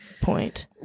point